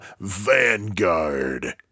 Vanguard